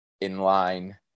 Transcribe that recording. in-line